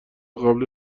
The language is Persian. قبل